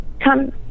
come